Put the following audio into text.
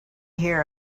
here